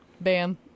Bam